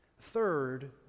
Third